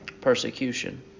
persecution